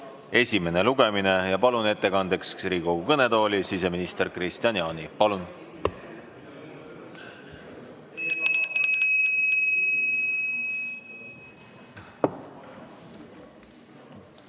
esimene lugemine. Palun ettekandeks Riigikogu kõnetooli siseminister Kristian Jaani. Head